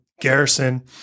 Garrison